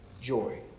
joy